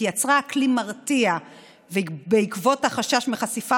היא יצרה אקלים מרתיע בעקבות החשש מחשיפה